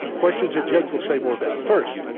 questions that jake will say more about. first.